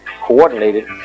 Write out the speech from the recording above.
coordinated